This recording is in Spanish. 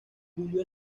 julio